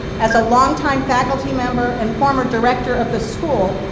as a longtime faculty member, and former director of the school,